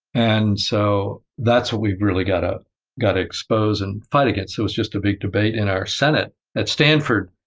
and so that's what we've really got ah got to expose and fight against. there was just a big debate in our senate at stanford